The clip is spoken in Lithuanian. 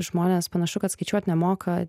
žmonės panašu kad skaičiuot nemoka